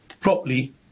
properly